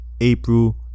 April